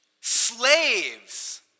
Slaves